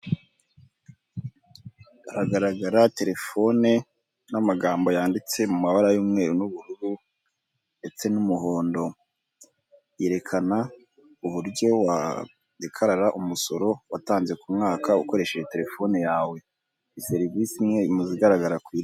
Hagaragara telefone n'amagambo yanditse mu mabara y'umweru n'ubururu ndetse n'umuhondo, yerekana uburyo wadekarara umusoro watanze ku mwaka ukoresheje telefone yawe, serivisi imwe mu zigaragara ku Isi.